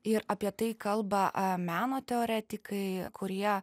ir apie tai kalba a meno teoretikai kurie